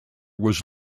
was